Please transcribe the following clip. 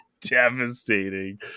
devastating